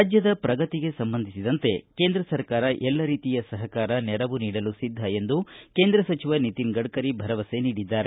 ರಾಜ್ಯದ ಪ್ರಗತಿಗೆ ಸಂಬಂಧಿಸಿದಂತೆ ಕೇಂದ್ರ ಸರ್ಕಾರ ಎಲ್ಲ ರೀತಿಯ ಸಹಕಾರ ನೆರವು ನೀಡಲು ಸಿದ್ದ ಎಂದು ಕೇಂದ್ರ ಸಚಿವ ನಿತಿನ್ ಗಡ್ಡರಿ ಭರವಸೆ ನೀಡಿದ್ದಾರೆ